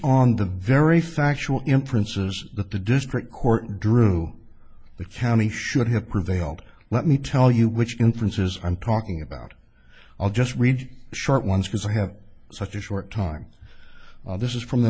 on the very factual in princes that the district court drew the county should have prevailed let me tell you which inferences i'm talking about i'll just read short ones because i have such a short time this is from the